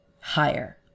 higher